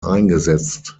eingesetzt